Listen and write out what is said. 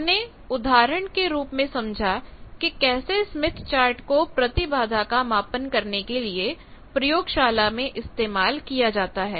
हमने उदाहरण के रूप में समझा कि कैसे स्मिथ चार्ट को प्रतिबाधा का मापन करने के लिए प्रयोगशाला में इस्तेमाल किया जाता है